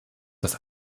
das